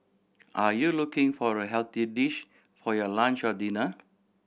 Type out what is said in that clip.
are you looking for a healthy dish for your lunch or dinner